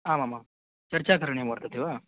आमामां चर्चा करणीया वर्तते वा